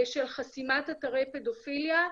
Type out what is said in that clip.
של חסימת אתרי פדופיליה,